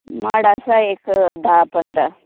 माड आसा एक धा पंदरा